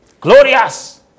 Glorious